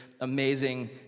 amazing